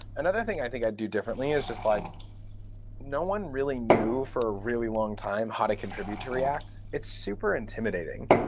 another thing i think i'd do differently is just like no one really knew for a really long time how to contribute to react. it's super intimidating.